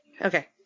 Okay